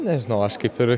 nežinau aš kaip ir